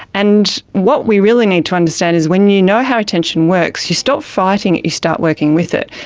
and what we really need to understand is when you know how attention works you stop fighting it, you start working with it.